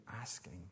asking